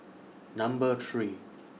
Number three